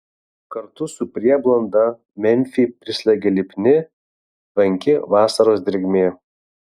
kartu su prieblanda memfį prislėgė lipni tvanki vasaros drėgmė